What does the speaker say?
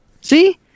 See